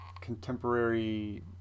contemporary